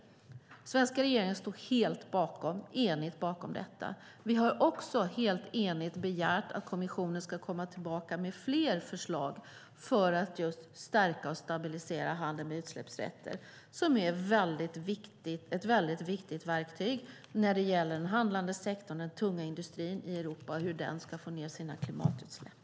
Den svenska regeringen stod helt enig bakom detta. Vi har också helt enigt begärt att kommissionen ska komma tillbaka med fler förslag för att just stärka och stabilisera handeln med utsläppsrätter, vilket är ett väldigt viktigt verktyg när det gäller den handlande sektorn - den tunga industrin - i Europa och hur den ska få ned sina klimatutsläpp.